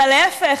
אלא להפך,